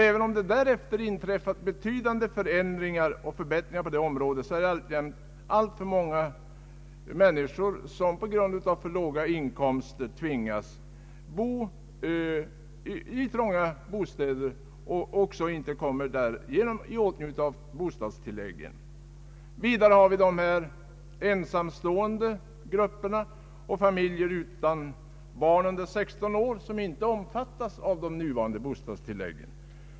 Även om det därefter inträffat betydande förändringar och förbättringar på det området är det fortfarande alltför många människor som på grund av för låga inkomster tvingas bo trångt och därigenom inte kommer i åtnjutande av bostadstillläggen. Vidare har vi de ensamstående och familjer utan barn under 16 år som inte omfattas av de nuvarande bostadstilläggen.